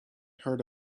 heard